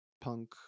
punk